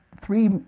three